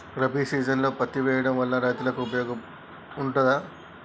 రబీ సీజన్లో పత్తి వేయడం వల్ల రైతులకు ఉపయోగం ఉంటదా?